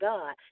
God